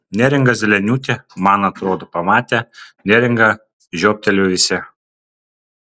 neringa zeleniūtė man atrodo pamatę neringą žiobtelėjo visi